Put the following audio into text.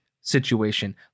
situation